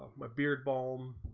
my beard ballroom